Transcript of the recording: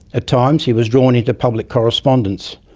at times he was drawn into public correspondence,